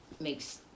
makes